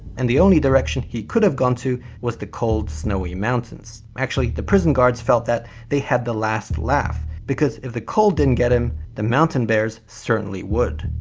and the only direction he could have gone to was the cold, snowy mountains. actually, the prison guards felt that they had the last laugh because if the cold didn't get him the mountain bears certainly would.